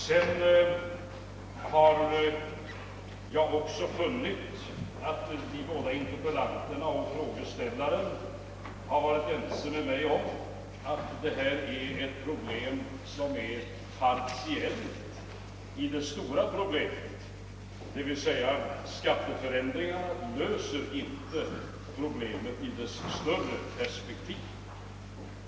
Jag har också funnit att interpellanterna och frågeställaren har varit ense med mig om att detta är ett problem som är partiellt i det stora problemet, d. v. s. att skatteförändringarna inte löser problemet i dess större perspektiv.